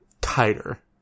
tighter